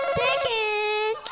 Chicken